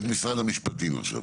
את משרד המשפטים עכשיו.